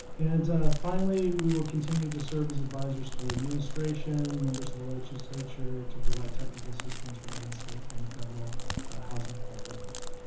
and finally, we will continue to serve as advisors to the administration, members of the legislature to provide technical assistance regarding state and federal housing priorities.